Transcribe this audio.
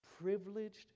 privileged